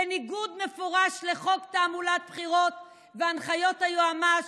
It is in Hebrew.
בניגוד מפורש לחוק תעמולת בחירות והנחיות היועמ"ש,